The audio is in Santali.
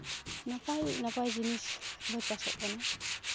ᱱᱟᱯᱟᱭ ᱱᱟᱯᱟᱭ ᱡᱤᱱᱤᱥ ᱦᱚᱸ ᱪᱟᱥᱚᱜ ᱠᱟᱱᱟ